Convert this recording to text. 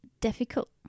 difficult